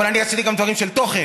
אבל אני עשיתי גם דברים של תוכן,